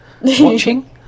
Watching